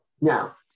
Now